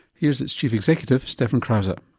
here's its chief executive, steffan crausaz.